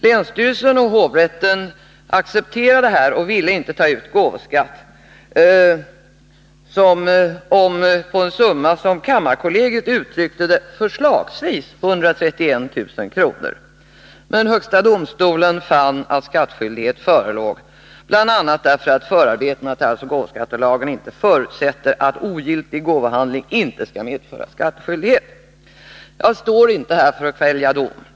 Länsstyrelsen och hovrätten accepterade detta och ville inte ta ut gåvoskatt på, som kammarkollegiet uttryckte det, ”förslagsvis” 131 000 kr. Men HD fann att skattskyldighet förelåg, bl.a. därför att förarbetena till arvsoch gåvoskattelagen inte förutsätter att ogiltig gåvohandling inte skall medföra skattskyldighet. Jag står inte här för att kvälja dom.